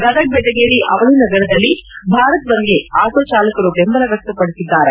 ಗದಗ ಬೆಟಗೇರಿ ಅವಳಿ ನಗರದಲ್ಲಿ ಭಾರತ್ ಬಂದ್ಗೆ ಆಟೋ ಚಾಲಕರು ಬೆಂಬಲ ವ್ಲಕ್ತಪಡಿಸಿದ್ದಾರೆ